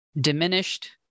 diminished